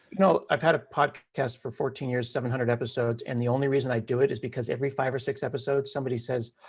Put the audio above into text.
no, i've had a podcast for fourteen years, seven hundred episodes, and the only reason i do it is because every five or six episodes, somebody says,